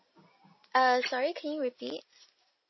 err sorry can you repeat